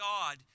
God